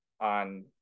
on